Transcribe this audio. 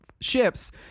ships